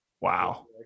Wow